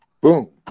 Boom